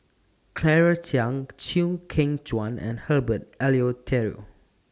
Claire Chiang Chew Kheng Chuan and Herbert Eleuterio